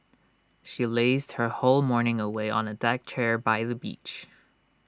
she lazed her whole morning away on A deck chair by the beach